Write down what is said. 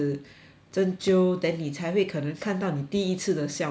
针灸 then 你才会可能看到你第一次的效果这样